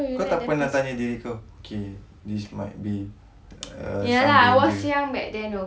kau tak pernah tanya diri kau K this might be uh